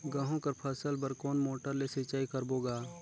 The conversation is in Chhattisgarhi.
गहूं कर फसल बर कोन मोटर ले सिंचाई करबो गा?